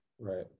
Right